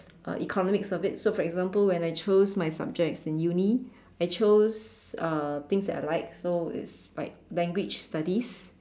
uh economics of it so for example when I chose my subjects in Uni I chose uh things that I like so it's like language studies